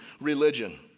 religion